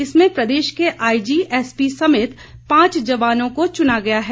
इसमें प्रदेश के आईजी एसपी समेत पांच जवानों को चुना गया है